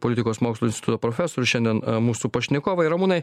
politikos mokslų instituto profesorius šiandien mūsų pašnekovai rumūnai